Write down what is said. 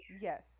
Yes